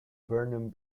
burnham